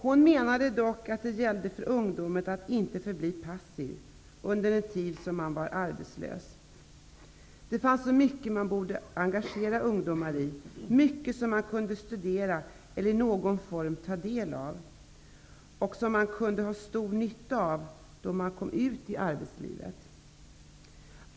Hon menade dock att det gällde för ungdomen att inte förbli passiv under den tid man var arbetslös. Det fanns så mycket man borde engagera ungdomar i, mycket som man kunde studera eller i någon form ta del av och som man kunde ha stor nytta av då man kom ut i arbetslivet.